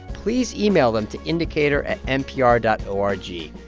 please email them to indicator at npr dot o r g,